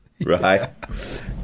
right